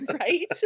Right